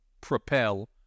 propel